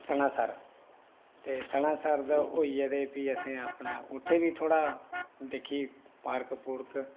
सनासर ते सनासर ते होइयै ते फ्ही असें अपना उत्थें बी थोह्ड़ा दिक्खियै बर्फ बुर्फ